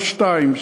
לא שתיים,